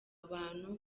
abantu